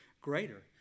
greater